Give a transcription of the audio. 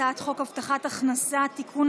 הצעת חוק הבטחת הכנסה (תיקון,